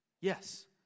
Yes